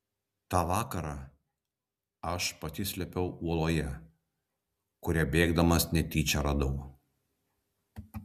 tą vakarą aš pasislėpiau uoloje kurią bėgdamas netyčia radau